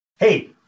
Hey